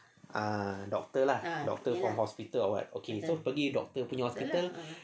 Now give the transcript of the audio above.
ah doctor lah doctor or hospital or what okay so pergi doctor punya hospital